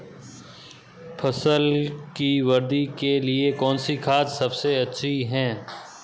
फसल की वृद्धि के लिए कौनसी खाद सबसे अच्छी है?